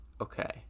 Okay